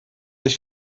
sich